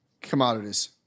commodities